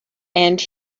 and